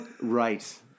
Right